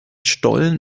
stollen